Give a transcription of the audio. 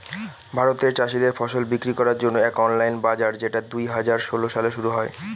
ভারতে চাষীদের ফসল বিক্রি করার জন্য এক অনলাইন বাজার যেটা দুই হাজার ষোলো সালে শুরু হয়